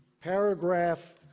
paragraph